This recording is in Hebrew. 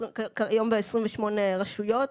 כיום ב-28 רשויות,